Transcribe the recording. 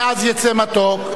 מעז יֵצא מתוק.